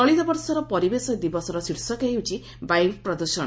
ଚଳିତ ବର୍ଷର ପରିବେଶ ଦିବସର ଶୀର୍ଷକ ହେଉଛି ବାୟୁ ପ୍ରଦୃଷଣ